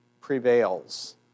prevails